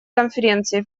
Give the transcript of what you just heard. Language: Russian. конференции